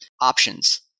options